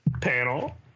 panel